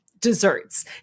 desserts